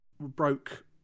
broke